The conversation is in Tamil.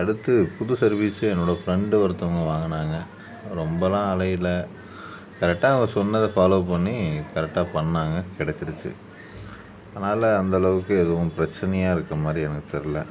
அடுத்து புது சர்வீஸு என்னோடய ஃப்ரெண்டு ஒருத்தவங்க வாங்கினாங்க ரொம்பலாம் அலையலை கரெக்டாக அவங்க சொன்னதை ஃபாலோ பண்ணி கரெக்டாக பண்ணிணாங்க கிடச்சிருச்சி அதனாலே அந்தளவுக்கு எதுவும் பிரச்சினையா இருக்கற மாதிரி எனக்கு தெர்லை